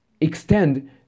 extend